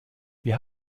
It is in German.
wir